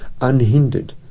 unhindered